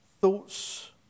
Thoughts